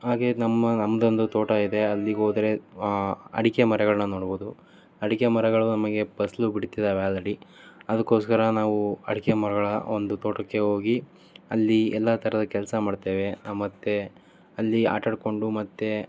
ಹಾಗೆ ನಮ್ಮ ನಮ್ಮದೊಂದು ತೋಟ ಇದೆ ಅಲ್ಲಿಗೆ ಹೋದ್ರೆ ಅಡಿಕೆ ಮರಗಳನ್ನ ನೋಡ್ಬೌದು ಅಡಿಕೆ ಮರಗಳು ನಮಗೆ ಫಸಲು ಬಿಡುತ್ತಿದ್ದಾವೆ ಆಲ್ರೆಡಿ ಅದಕ್ಕೋಸ್ಕರ ನಾವು ಅಡಿಕೆ ಮರಗಳ ಒಂದು ತೋಟಕ್ಕೆ ಹೋಗಿ ಅಲ್ಲಿ ಎಲ್ಲ ಥರದ ಕೆಲಸ ಮಾಡ್ತೇವೆ ಮತ್ತೆ ಅಲ್ಲಿ ಆಟ ಆಡಿಕೊಂಡು ಮತ್ತೆ